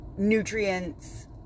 nutrients